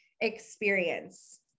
experience